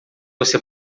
você